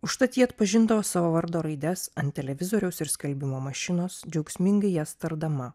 užtat ji atpažindavo savo vardo raides ant televizoriaus ir skalbimo mašinos džiaugsmingai jas tardama